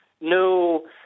no